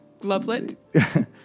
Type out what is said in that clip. glovelet